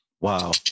Wow